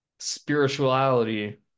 Spirituality